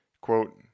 Quote